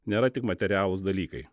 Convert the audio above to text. nėra tik materialūs dalykai